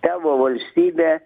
tavo valstybė